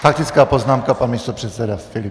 Faktická poznámka, pan místopředseda Filip.